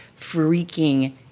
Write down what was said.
freaking